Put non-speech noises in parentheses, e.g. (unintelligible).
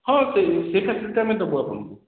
ହଁ ସେ ସେଇଟା (unintelligible) (unintelligible) ଦେବୁ ଆପଣଙ୍କୁ